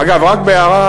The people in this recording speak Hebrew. אגב, רק בהערה: